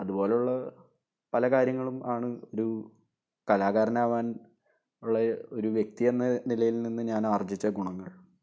അതുപോലെയുള്ള പലകാര്യങ്ങളും ആണ് ഒരു കലാകാരനാവാൻ ഉള്ള ഒരു വ്യക്തി എന്ന നിലയിൽ നിന്ന് ഞാൻ ആർജിച്ച ഗുണങ്ങൾ